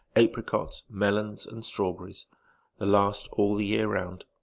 apricots, melons, and strawberries the last all the year round.